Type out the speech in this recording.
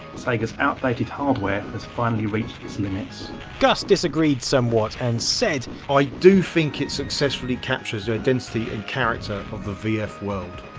sega's outdated hardware has finally reached its limits gus disagreed somewhat and said i do think it successfully captures the identity and character of the vf world,